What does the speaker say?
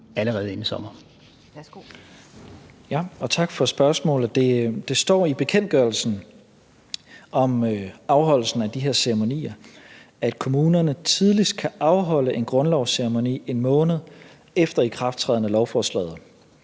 (Mattias Tesfaye): Tak for spørgsmålet. Det står i bekendtgørelsen om afholdelsen af de her ceremonier, at kommunerne tidligst kan afholde en grundlovsceremoni 1 måned efter ikrafttræden af lovforslaget.